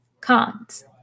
Cons